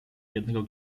jednego